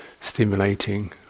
stimulating